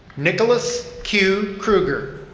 nicholas q. kruger.